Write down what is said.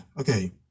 Okay